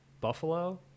Buffalo